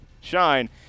shine